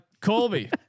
Colby